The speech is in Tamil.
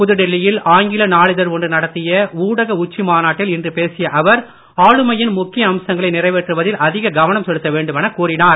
புதுடில்லி யில் ஆங்கில நாளிதழ் ஒன்று நடத்திய ஊடக உச்சி மாநாட்டில் இன்று பேசிய அவர் ஆளுமையின் முக்கிய அம்சங்களை நிறைவேற்றுவதில் அதிக கவனம் செலுத்த வேண்டுமென கூறினார்